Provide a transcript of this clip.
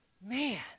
Man